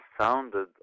sounded